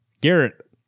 Garrett